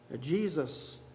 Jesus